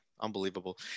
Unbelievable